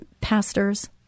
pastors